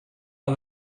are